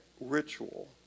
ritual